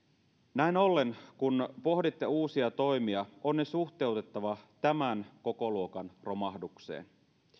näin ollen kun pohditte uusia toimia on ne suhteutettava tämän kokoluokan romahdukseen